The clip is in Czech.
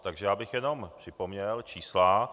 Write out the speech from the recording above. Takže já bych jenom připomněl čísla.